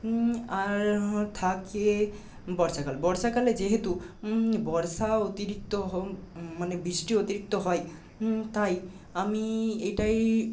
আর থাকে বর্ষাকাল বর্ষাকালে যেহেতু বর্ষা অতিরিক্ত মানে বৃষ্টি অতিরিক্ত হয় তাই আমি এটাই